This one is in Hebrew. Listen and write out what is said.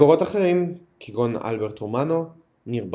מקורות אחרים כגון אלברט רומנו, ניר ברוך,